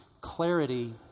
clarity